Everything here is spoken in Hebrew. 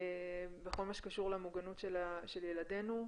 בכל מה שקשור למוגנת של ילדינו,